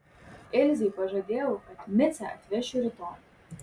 ilzei pažadėjau kad micę atvešiu rytoj